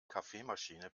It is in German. kaffeemaschine